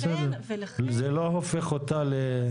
וזה לא הופך אותה -- לכן,